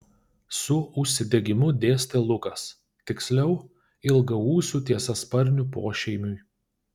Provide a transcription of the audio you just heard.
su užsidegimu dėstė lukas tiksliau ilgaūsių tiesiasparnių pošeimiui